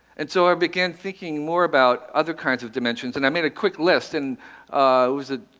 and so i began thinking more about other kinds of dimensions, and i made a quick list. and was it